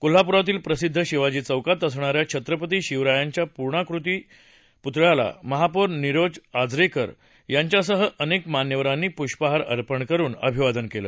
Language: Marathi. कोल्हापुरातील प्रसिद्ध शिवाजी चौकात असणाऱ्या छत्रपती शिवरायांच्या पुर्णाकृती पूर्णाकृती पुतळ्याला महापौर निरोप आजरेकर यांच्यासह अन्य मान्यवरांनी पुष्पहार अर्पण करून अभिवादन केलं